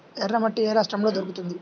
ఎర్రమట్టి ఏ రాష్ట్రంలో దొరుకుతుంది?